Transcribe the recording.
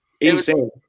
insane